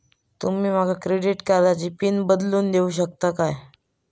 तुमी माका क्रेडिट कार्डची पिन बदलून देऊक शकता काय?